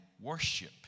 worship